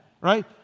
right